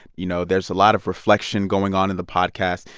you know, there's a lot of reflection going on in the podcast,